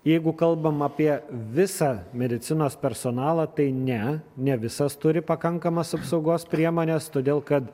jeigu kalbam apie visą medicinos personalą tai ne ne visas turi pakankamas apsaugos priemones todėl kad